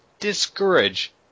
discourage